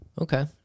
Okay